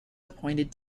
appointed